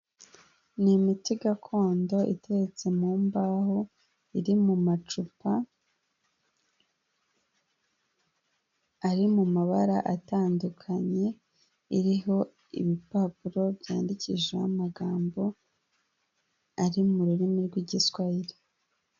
Ni imiti gakondo itetse mu mbaho iri mu macupa, ari mu mabara atandukanye iriho ibipapuro byandikishijeho amagambo ari mu rurimi rw'igiswahili.